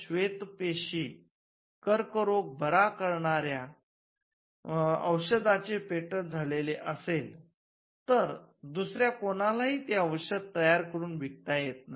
श्वेतपेशी कर्क रोग बरा करणाऱ्या औषधाचे पेटंट झालेले असेल तर दुसऱ्या कुणालाही ते औषध तयार करून विकता येत नाही